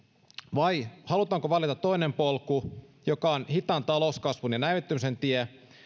vai halutaanko valita toinen polku joka on hitaan talouskasvun ja näivettymisen tie